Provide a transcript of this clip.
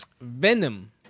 Venom